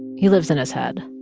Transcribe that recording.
he lives in his head.